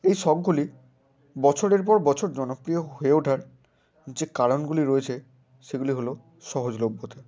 এই শখগুলি বছরের পর বছর জনপ্রিয় হয়ে ওঠার যে কারণগুলি রয়েছে সেগুলি হলো সহজলভ্যতা